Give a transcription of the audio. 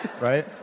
right